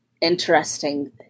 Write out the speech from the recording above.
interesting